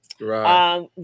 right